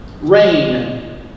Rain